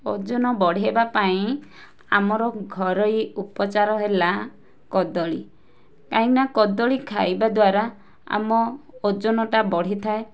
ଓଜନ ବଢ଼େଇବା ପାଇଁ ଆମର ଘରୋଇ ଉପଚାର ହେଲା କଦଳୀ କାହିଁକିନା କଦଳୀ ଖାଇବା ଦ୍ୱାରା ଆମ ଓଜନଟା ବଢ଼ି ଥାଏ